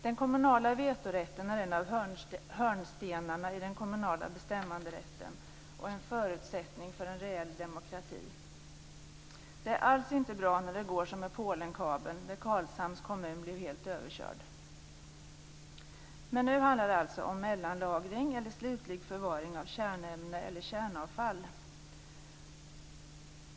Den kommunala vetorätten är en av hörnstenarna i den kommunala bestämmanderätten och en förutsättning för en reell demokrati. Det är inte alls bra när det går som med Polenkabeln; Karlshamns kommun blev helt överkörd. Men nu handlar det alltså om mellanlagring eller slutlig förvaring av kärnämne eller kärnavfall.